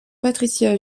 patricia